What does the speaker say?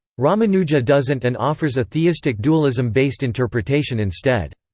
ramanuja doesn't and offers a theistic dualism based interpretation instead.